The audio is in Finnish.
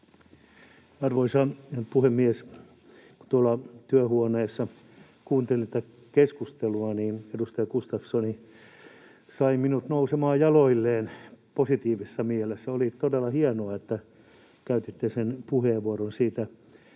Arvoisa puhemies! Kun tuolla työhuoneessa kuuntelin tätä keskustelua, niin edustaja Gustafsson sai minut nousemaan jaloilleni positiivisessa mielessä. Oli todella hienoa, että käytitte sen puheenvuoron siitä